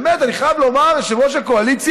באמת, אני חייב לומר, יושב-ראש הקואליציה,